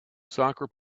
soccer